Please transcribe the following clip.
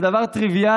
זה דבר טריוויאלי,